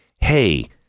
hey